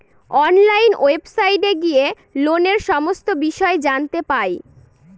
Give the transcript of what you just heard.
online ওয়েবসাইটে গিয়ে লোনের সমস্ত বিষয় জানতে পাই